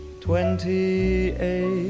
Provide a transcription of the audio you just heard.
Twenty-eight